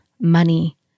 money